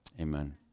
amen